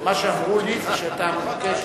מה שאמרו לי שאתה מבקש